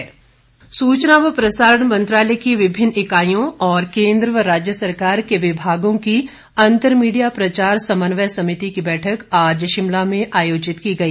PIB सूचना व प्रसारण मंत्रालय की विभिन्न इकाईयों और केंद्र व राज्य सरकार के विभागों की अंतर मीडिया प्रचार समन्वय समिति की बैठक आज शिमला में आयोजित की गई